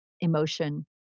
emotion